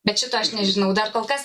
bet šito aš nežinau dar kol kas